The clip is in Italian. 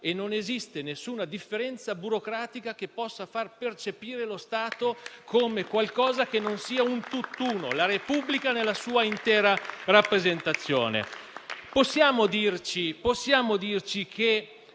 e non esiste nessuna differenza burocratica che possa far percepire lo Stato come qualcosa che non sia un tutt'uno: la Repubblica nella sua intera rappresentazione. Possiamo dirci che